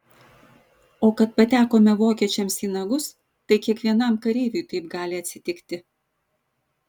o kad patekome vokiečiams į nagus tai kiekvienam kareiviui taip gali atsitikti